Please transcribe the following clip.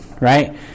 right